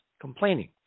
complaining